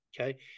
Okay